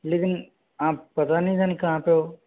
लेकिन आप पता नहीं जाने कहाँ पे हो